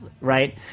right